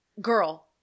Girl